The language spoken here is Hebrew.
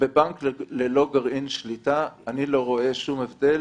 אני לא רואה בבנק ללא גרעין שליטה שום הבדל